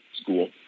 school